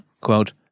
Quote